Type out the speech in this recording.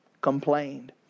complained